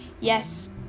Yes